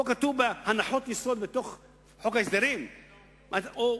בהנחות היסוד בחוק ההסדרים כתוב,